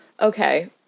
Okay